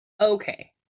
okay